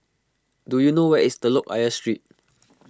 do you know where is Telok Ayer Street